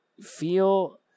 Feel